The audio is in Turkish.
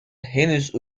henüz